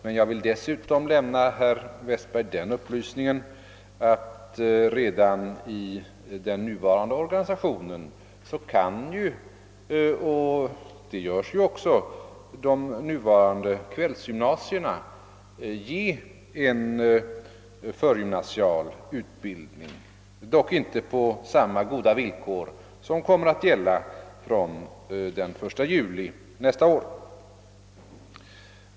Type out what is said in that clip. Dessutom vill jag lämna herr Westberg den upplysningen, att redan i den nuvarande organisationen kan — och det görs också — de nuvarande kvällsgymnasierna ge en förgymnasial utbildning, dock inte på samma goda villkor som kommer att gälla från den 1 juli nästa år.